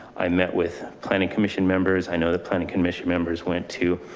i met with planning commission members. i know the planning commission members went to.